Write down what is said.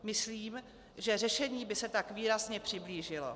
Myslím, že řešení by se tak výrazně přiblížilo.